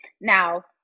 now